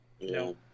No